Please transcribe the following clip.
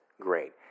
Great